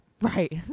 Right